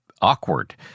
awkward